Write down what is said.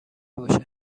باشد